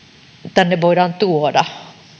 tänne voidaan tuoda